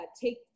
take